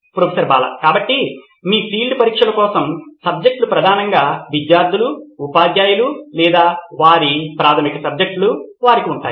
professor Bala కాబట్టి మీ field పరీక్షల కోసం సబ్జెక్టులు ప్రధానంగా విద్యార్థులు ఉపాధ్యాయులు లేదా వారి ప్రాధమిక సబ్జెక్టులు వారికి ఉంటాయి